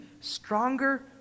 stronger